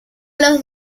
los